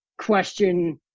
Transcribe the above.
question